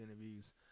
interviews